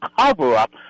cover-up